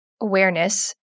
awareness